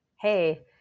hey